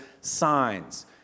signs